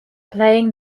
playing